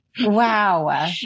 Wow